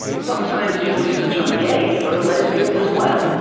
sometimes people use the term gay for lesbians as well.